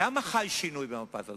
למה חל שינוי במפת הדרכים?